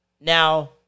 Now